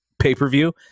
pay-per-view